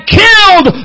killed